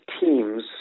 teams